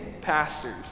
pastors